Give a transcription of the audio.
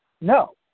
No